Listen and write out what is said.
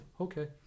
Okay